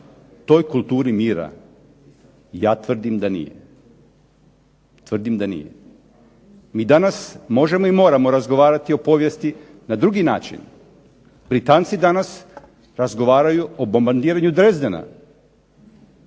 toj kulturi mira? Ja tvrdim da nije. Tvrdim da nije. Mi danas možemo i moramo razgovarati o povijesti na drugi način. Britanci danas razgovaraju o bombardiranju Dresdena.